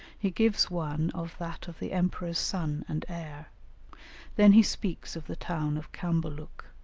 he gives one of that of the emperor's son and heir then he speaks of the town of cambaluc,